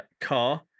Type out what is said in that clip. car